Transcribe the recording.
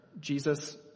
Jesus